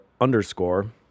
underscore